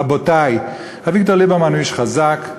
רבותי, אביגדור ליברמן הוא איש חזק.